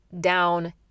down